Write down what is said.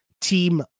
team